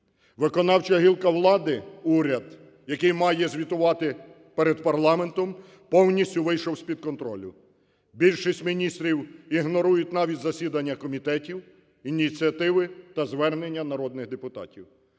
Виконавча гілка влади – уряд, який має звітувати перед парламентом, повністю вийшов з-під контролю. Більшість міністрів ігнорують навіть засідання комітетів, ініціативи та звернення народних депутатів.